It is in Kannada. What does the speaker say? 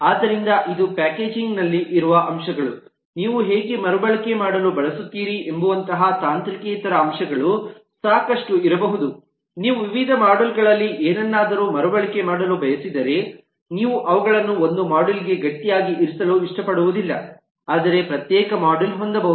ಆದ್ದರಿಂದ ಇದು ಪ್ಯಾಕೇಜಿಂಗ್ ನಲ್ಲಿರುವ ಅಂಶಗಳು ನೀವು ಹೇಗೆ ಮರುಬಳಕೆ ಮಾಡಲು ಬಯಸುತ್ತೀರಿ ಎಂಬುವಂತಹ ತಾಂತ್ರಿಕೇತರ ಅಂಶಗಳು ಸಾಕಷ್ಟು ಇರಬಹುದು ನೀವು ವಿವಿಧ ಮಾಡ್ಯೂಲ್ ಗಳಲ್ಲಿ ಏನನ್ನಾದರೂ ಮರುಬಳಕೆ ಮಾಡಲು ಬಯಸಿದರೆ ನೀವು ಅವುಗಳನ್ನು ಒಂದು ಮಾಡ್ಯೂಲ್ ಗೆ ಗಟ್ಟಿಯಾಗಿ ಇರಿಸಲು ಇಷ್ಟಪಡುವುದಿಲ್ಲ ಆದರೆ ಪ್ರತ್ಯೇಕ ಮಾಡ್ಯೂಲ್ ಹೊಂದಬಹುದು